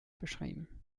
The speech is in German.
beschrieben